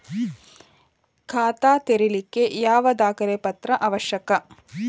ಖಾತಾ ತೆರಿಲಿಕ್ಕೆ ಯಾವ ದಾಖಲೆ ಪತ್ರ ಅವಶ್ಯಕ?